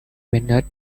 minute